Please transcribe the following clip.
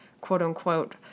quote-unquote